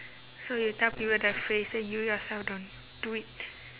so you tell people that phrase then you yourself don't do it